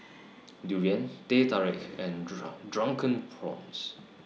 Durian Teh Tarik and Drunken Prawns